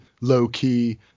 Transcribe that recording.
low-key